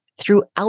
throughout